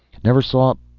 never saw.